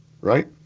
right